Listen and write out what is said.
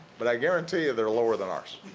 but i guarantee you they're lower than ours.